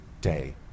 day